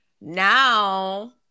now